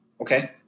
Okay